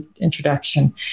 introduction